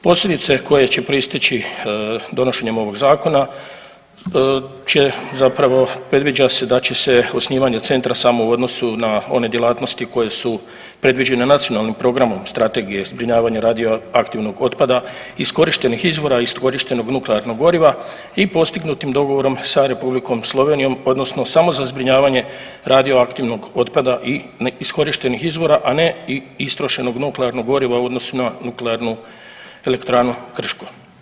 Posljedice koje će proisteći donošenjem ovog zakona će zapravo predviđa se da će se osnivanje centra samo u odnosu na one djelatnosti koje su predviđene Nacionalnim programom Strategije zbrinjavanja radioaktivnog otpada, iskorištenih izvora, iskorištenog nuklearnog goriva i postignutim dogovorom sa Republikom Slovenijom odnosno samo za zbrinjavanje radioaktivnog otpada i iskorištenih izvora, a ne i istrošenog nuklearnog goriva u odnosu na Nuklearnu elektranu Krško.